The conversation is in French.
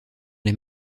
les